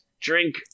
drink